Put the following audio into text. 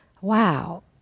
wow